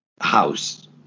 house